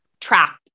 trap